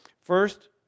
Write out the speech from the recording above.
First